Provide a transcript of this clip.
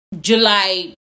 july